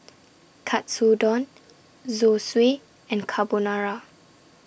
Katsudon Zosui and Carbonara